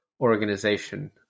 organization